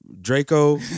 Draco